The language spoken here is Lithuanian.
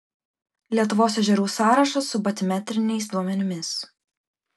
lietuvos ežerų sąrašas su batimetriniais duomenimis